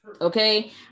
Okay